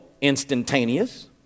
instantaneous